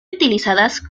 utilizadas